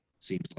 seems